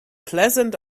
pleasant